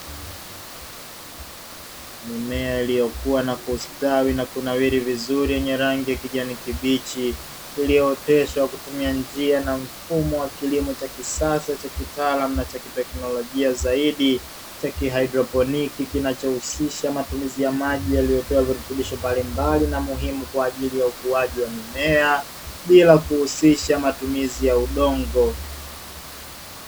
Mimea iliyokua na kustawi na kunawiri vizuri, yenye rangi ya kijani kibichi, iliyooteshwa kwa kutumia njia na mfumo wa kilimo cha kisasa cha kitaalamu na cha kiteknolojia zaidi cha kihaidroponiki, kinachohusisha matumizi ya maji yaliyotiwa virutubisho mbalimbali na muhimu, kwa ajili ya ukuaji wa mimea bila kuhusisha matumizi ya udongo.